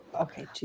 okay